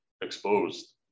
exposed